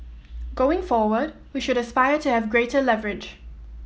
going forward we should aspire to have greater leverage